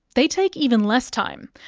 they take even less time.